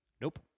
Nope